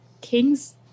kings